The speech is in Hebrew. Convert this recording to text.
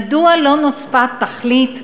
מדוע לא נוספה תכלית,